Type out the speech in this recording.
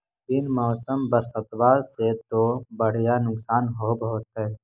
बिन मौसम बरसतबा से तो बढ़िया नुक्सान होब होतै?